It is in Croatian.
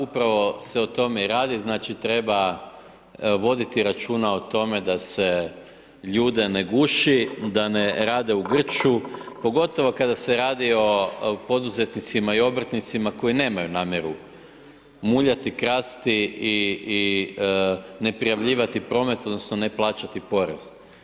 Upravo se o tome i radi, znači treba voditi računa o tome da se ljude ne guši, da ne rade u grču, pogotovo kada se radi o poduzetnicima i obrtnicima koji nemaju namjeru muljati, krasti i neprijavljivati promet, odnosno ne plaćati porez.